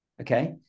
Okay